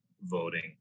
voting